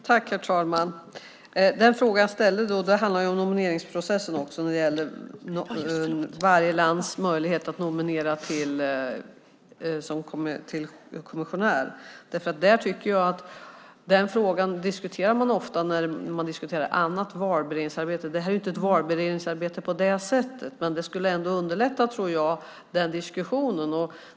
Herr talman! Den fråga som jag ställde handlade också om nomineringsprocessen när det gäller varje lands möjlighet att nominera en kommissionär. Den frågan diskuterar man ofta när man diskuterar annat valberedningsarbete. Detta är inte ett valberedningsarbete på det sättet. Men jag tror ändå att det skulle underlätta den diskussionen.